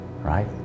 right